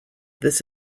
this